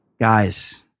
guys